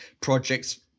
projects